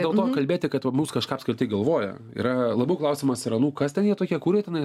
dėl to kalbėti kad va mus kažką apskritai galvoja yra labiau klausimas yra nu kas ten jie tokie kur jie tenais